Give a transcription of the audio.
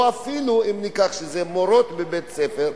או אפילו אלה מורות בבית-ספר,